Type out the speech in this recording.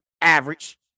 average